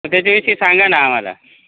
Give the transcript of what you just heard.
तर त्याच्याविषयी सांगा ना आम्हाला